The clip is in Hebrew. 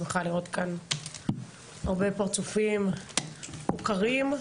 שמחה לראות כאן הרבה פרצופים מוכרים,